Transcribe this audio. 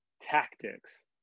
tactics